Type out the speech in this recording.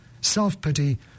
self-pity